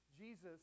Jesus